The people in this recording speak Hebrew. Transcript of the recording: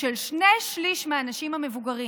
של שני-שלישים מהאנשים המבוגרים